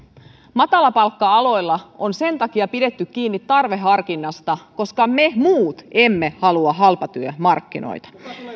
matalapalkka aloilla on sen takia pidetty kiinni tarveharkinnasta koska me muut emme halua halpatyömarkkinoita